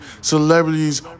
Celebrities